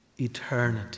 eternity